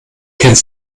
kennt